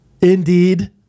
indeed